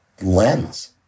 lens